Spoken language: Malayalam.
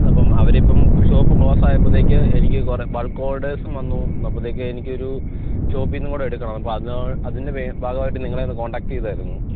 അപ്പം അവരിപ്പം ഷോപ്പ് ക്ലോസ്സായപ്പോഴത്തേക്ക് എനിക്ക് കുറെ ബൾക്ക് ഒഡേഴ്സും വന്നു അപ്പോഴത്തേക്ക് എനിക്കൊരൂ ഷോപ്പിന്നും കൂടെ എടുക്കണം അപ്പോൾ അതിനോ അതിന്റെ ഭാഗമായിട്ട് നിങ്ങളെയൊന്ന് കോണ്ടാക്ററ് ചെയ്തതായിരുന്നു